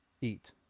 Eat